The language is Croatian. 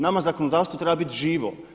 Nama zakonodavstvo treba biti živo.